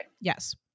Yes